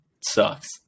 sucks